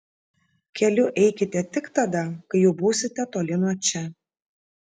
keliu eikite tik tada kai jau būsite toli nuo čia